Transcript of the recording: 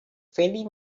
faintly